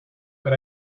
but